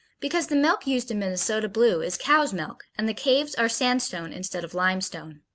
because the milk used in minnesota blue is cow's milk, and the caves are sandstone instead of limestone.